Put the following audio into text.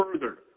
further